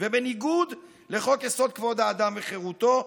ובניגוד לחוק-יסוד: כבוד האדם וחירותו,